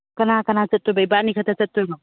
ꯀꯅꯥ ꯀꯅꯥ ꯆꯠꯇꯣꯏꯕ ꯏꯕꯥꯟꯅꯤ ꯈꯛꯇ ꯆꯠꯇꯣꯏꯔꯣ